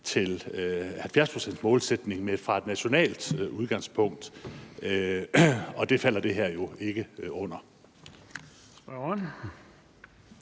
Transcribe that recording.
til 70 pct.-målsætningen fra et nationalt udgangspunkt, og det falder det her jo ikke ind